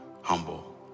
humble